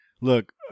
Look